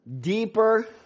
deeper